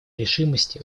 решимости